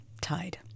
tied